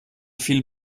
viel